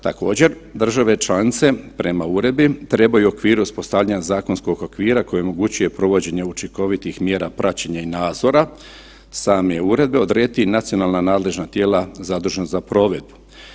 Također, države članice prema uredbi trebaju u okviru uspostavljanja zakonskog okvira koji omogućuje provođenje učinkovitih mjera praćenja i nadzora same uredbe odrediti i nacionalna nadležna tijela zadužena za provedbu.